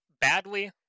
badly